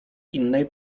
innej